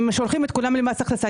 הם שולחים את כולם למס הכנסה.